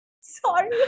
sorry